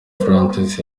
francis